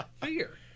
Fear